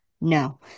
No